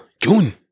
june